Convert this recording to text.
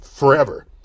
forever